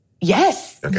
Yes